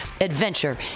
adventure